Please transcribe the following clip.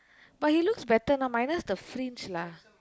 but he looks better now minus the fringe lah